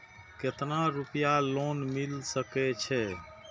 केतना रूपया लोन मिल सके छै?